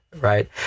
right